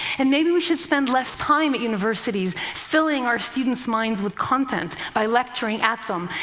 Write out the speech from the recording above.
and maybe we should spend less time at universities filling our students' minds with content by lecturing at them,